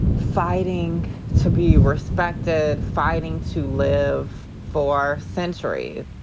fighting to be respected, fighting to live for centuries.